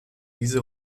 diese